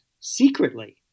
secretly